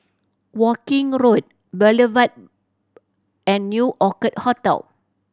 Woking Road Boulevard and New Orchid Hotel